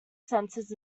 centers